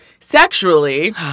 sexually